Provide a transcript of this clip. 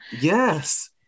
yes